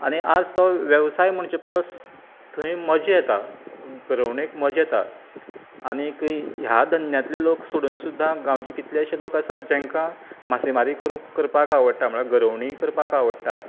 आनी आयज तो वेवसाय म्हणचे परस थंय म्हज्या येता घरोवणेक मजा येता आनीक ह्या धंद्यातले लोक सोडून सुद्दां गांवंचे कितलेंशेंच लोक आसात जांकां मासे मारी करूंक करपाक आवडटा म्हळ्यार घरोवणी करपाक आवडटा